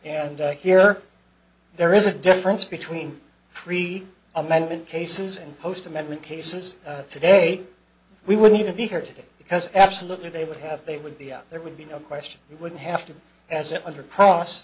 and here there is a difference between free amendment cases and post amendment cases today we wouldn't even be here today because absolutely they would have they would be out there would be no question we would have to as it